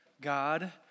God